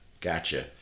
Gotcha